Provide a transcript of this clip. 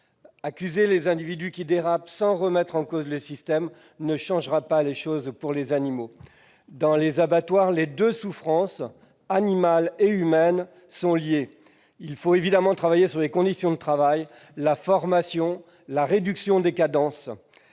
Accuser les individus qui dérapent sans remettre en cause le système ne changera pas les choses pour les animaux. Dans les abattoirs, les deux souffrances, animale et humaine, sont liées. Il faut évidemment travailler sur les conditions de travail, la formation, la réduction des cadences.